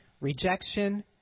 rejection